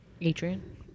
Adrian